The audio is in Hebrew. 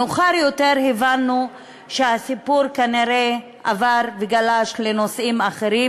מאוחר יותר הבנו שהסיפור כנראה עבר וגלש לנושאים אחרים,